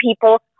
people